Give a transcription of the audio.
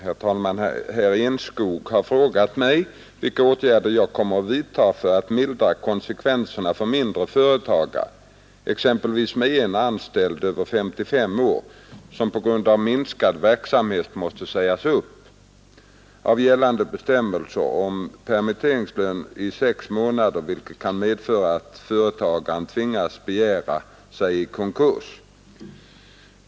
Herr talman! Herr Enskog har frågat mig vilka åtgärder jag kommer att vidta för att mildra konsekvenserna för mindre företagare — exempelvis med en anställd över 55 år som på grund av minskad verksamhet måste sägas upp — av gällande bestämmelser om permitteringslön i sex månader vilka kan medföra att företagaren tvingas begära sig i konkurs.